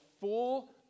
full